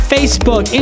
Facebook